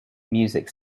music